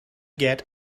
get